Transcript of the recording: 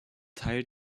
teil